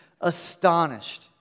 astonished